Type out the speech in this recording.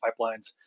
pipelines